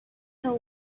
till